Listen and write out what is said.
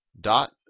dot